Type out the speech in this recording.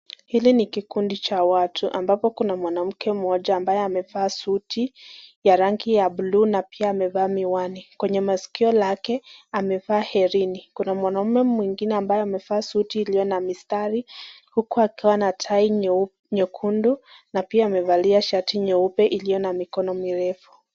Hili ni kikundi cha watu ambapo kuna mwanamke mmoja ambaye amevaa suti ya rangi ya blue na pia amevaa miwani. Kwenye masikio lake amevaa herini. Kuna mwanaume mwingine ambaye amevaa suti iliyo na mistari huku akiwa na tai nyekundu na pia amevalia shati nyeupe iliyo na mikono mirefu.